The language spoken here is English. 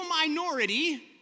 minority